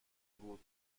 بود